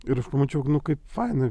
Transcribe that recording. ir aš pamačiau kaip faina